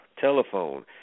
telephone